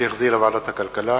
שהחזירה ועדת הכלכלה.